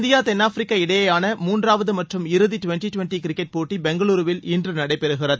India தென்னாப்பிரிக்கா இடையேயான மூன்றாவது மற்றம் இறுதி டுவெண்டி டுவெண்டி கிரிக்கெட் போட்டி பெங்களூருவில் இன்று நடைபெறுகிறது